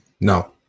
No